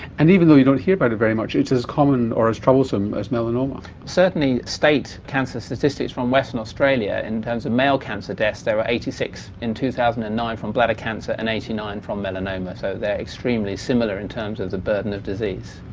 and even though you don't hear about it very much, it's as common or as troublesome as melanoma. certainly state cancer statistics from western australia in terms of male cancer deaths there were eighty six in two thousand and nine from bladder cancer and eighty nine from melanoma so they are extremely similar in terms of the burden of disease.